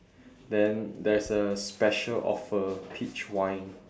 then there's a special offer peach wine